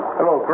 Hello